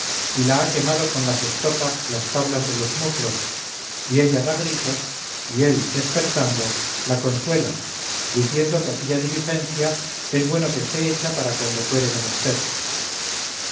y la ha quemado con las estopas las tablas de los muslos y ella da gritos y él despertando la consuela diciendo que aquella diligencia es bueno que esté hecha para cuando fuere menester